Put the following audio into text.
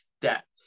depth